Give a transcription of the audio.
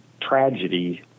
tragedy